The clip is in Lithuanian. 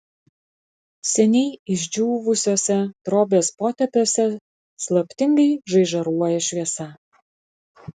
seniai išdžiūvusiuose drobės potėpiuose slaptingai žaižaruoja šviesa